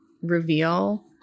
reveal